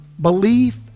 belief